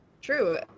true